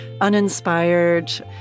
uninspired